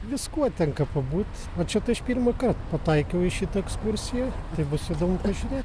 viskuo tenka pabūt o čia tai aš pirmąkart pataikiau į šitą ekskursiją tai bus įdomu pažiūrėt